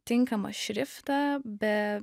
tinkamą šriftą be